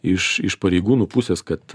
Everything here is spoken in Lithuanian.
iš iš pareigūnų pusės kad